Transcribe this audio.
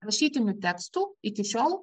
rašytinių tekstų iki šiol